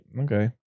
Okay